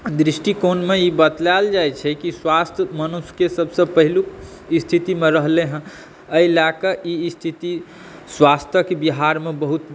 दृष्टिकोणमे ई बतायल जाइ छै कि स्वास्थ्य मनुष्यके सभसे पहिलुक स्थितिमे रहलै हँ एहि लए कऽ ई स्थिति स्वास्थ्यक बिहारमे बहुत